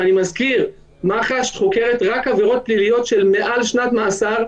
ואני מזכיר שמח"ש חוקרת רק עבירות פליליות של מעל שנת מאסר,